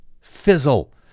fizzle